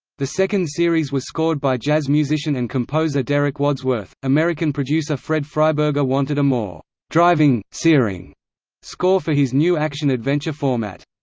the second series was scored by jazz musician and composer derek wadsworth american producer fred freiberger wanted a more driving, searing score for his new action-adventure format.